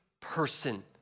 person